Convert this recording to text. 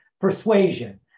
persuasion